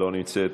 לא נמצאת.